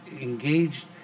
engaged